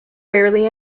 rarely